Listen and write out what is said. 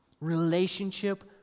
Relationship